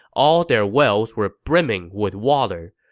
all their wells were brimming with water.